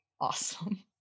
awesome